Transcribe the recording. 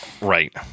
right